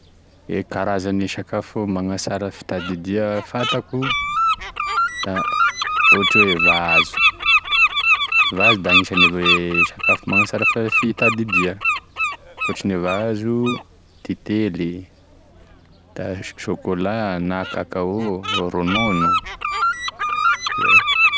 E karazan'e sakafo magnasara fitadidia fantako da ohatra hoe vahazo, e vahazo da agnisan'e va- sakafo magnasara fa- fitadidia, akoatrin'e vahazo titely, da chocolat na kakao, ronono zay.